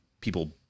people